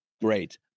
Great